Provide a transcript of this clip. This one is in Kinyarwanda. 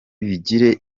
bigire